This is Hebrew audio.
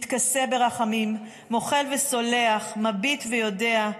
מתכסה ברחמים / מוחל וסולח / מביט ויודע.